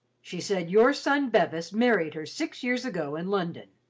she said your son bevis married her six years ago in london.